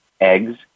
eggs